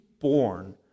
born